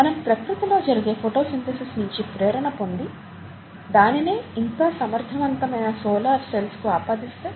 మనం ప్రక్రుతిలో జరిగే ఫోటోసిన్తేసిస్ నించి ప్రేరణ పొంది దానినే ఇంకా సమర్ధవంతమైన సోలార్ సెల్స్ కు ఆపాదిస్తే